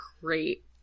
great